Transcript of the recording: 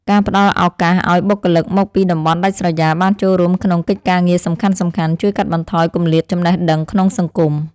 ការផ្តល់ឱកាសឱ្យបុគ្គលិកមកពីតំបន់ដាច់ស្រយាលបានចូលរួមក្នុងកិច្ចការងារសំខាន់ៗ ជួយកាត់បន្ថយគម្លាតចំណេះដឹងក្នុងសង្គម។